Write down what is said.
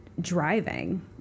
driving